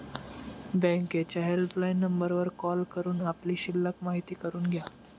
बँकेच्या हेल्पलाईन नंबरवर कॉल करून आपली शिल्लक माहिती करून घ्या